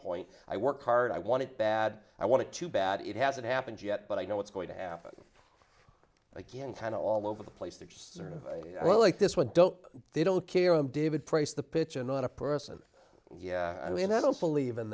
point i work hard i want it bad i want it too bad it hasn't happened yet but i know what's going to happen again kind of all over the place they're sort of like this what don't they don't care i'm david price the pitcher not a person yeah i mean i don't believe in